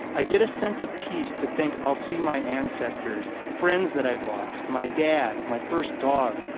i get a sense of peace to think i'll see my ancestors, friends that i've lost, my dad, my first dog,